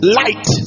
light